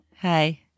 Hi